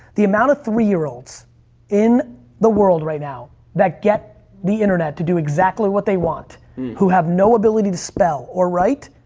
the amount of three year olds in the world right now that get the internet to do exactly what they want who have no ability to spell or write,